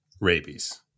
rabies